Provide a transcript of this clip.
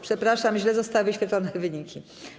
Przepraszam, źle zostały wyświetlone wyniki.